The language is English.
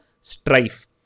strife